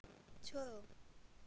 छोड़ो